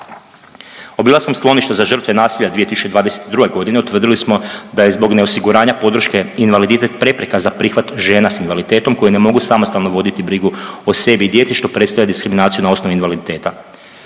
Obilaskom skloništa za žrtve nasilja 2022. godine utvrdili smo da je zbog ne osiguranja podrške invaliditet prepreka za prihvat žena s invaliditetom koje ne mogu samostalno voditi brigu o sebi i djeci što predstavlja diskriminaciju na osnovi invaliditeta.